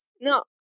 No